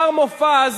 מר מופז,